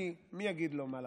כי מי יגיד לו מה לעשות?